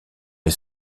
les